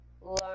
learn